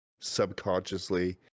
subconsciously